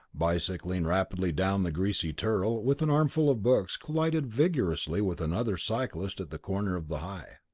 bicycling rapidly down the greasy turl with an armful of books, collided vigorously with another cyclist at the corner of the high.